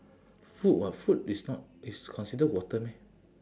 food [what] food it's not it's consider water meh